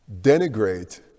denigrate